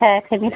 হ্যাঁ সেম